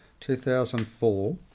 2004